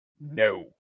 no